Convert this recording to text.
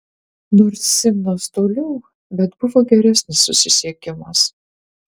nors simnas toliau bet buvo geresnis susisiekimas